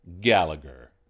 Gallagher